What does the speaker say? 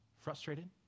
frustrated